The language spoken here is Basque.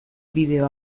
bideo